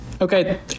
Okay